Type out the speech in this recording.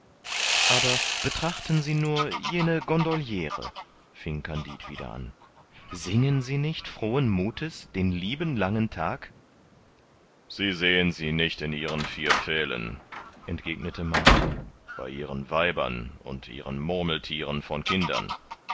aber betrachten sie nur jene gondoliere fing kandid wieder an singen sie nicht frohen muthes den lieben langen tag sie sehen sie nicht in ihren vier pfählen entgegnete martin bei ihren weibern und ihren murmelthieren von kindern